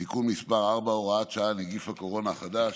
(תיקון מס' 4, הוראת שעה, נגיף הקורונה החדש),